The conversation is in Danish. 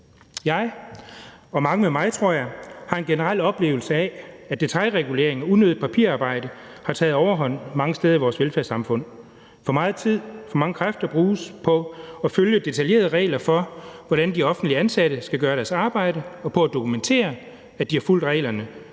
Jeg – og mange med mig, tror jeg – har en generel oplevelse af, at detailregulering og unødigt papirarbejde har taget overhånd mange steder i vores velfærdssamfund. For meget tid og for mange kræfter bruges på at følge detaljerede regler for, hvordan de offentligt ansatte skal gøre deres arbejde, og på at dokumentere, at de har fulgt reglerne,